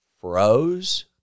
froze